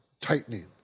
tightening